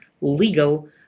legal